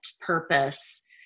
purpose